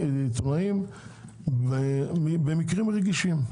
ובמקרים רגישים.